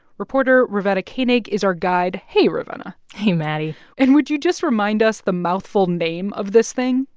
reporter ravenna koenig is our guide. hey, ravenna hey, maddie and would you just remind us the mouthful name of this thing?